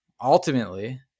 ultimately